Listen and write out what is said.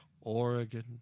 Oregon